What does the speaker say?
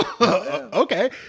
Okay